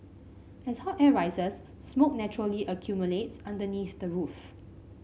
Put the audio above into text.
as hot air rises smoke naturally accumulates underneath the roof